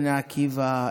בני עקיבא,